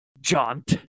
jaunt